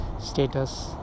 status